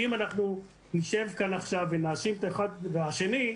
אם אנחנו נשב כאן עכשיו ונאשים אחד את השני,